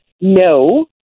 no